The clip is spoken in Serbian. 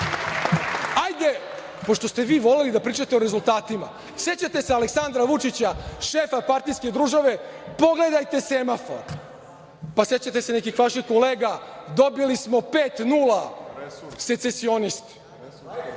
pošto ste vi voleli da pričate o rezultatima, sećate se Aleksandra Vučića, šefa partijske države, pogledajte semafor? Pa, sećate se nekih vaših kolega – dobili smo pet